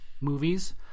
movies